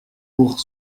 pour